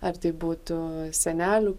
ar tai būtų senelių